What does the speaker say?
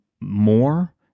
more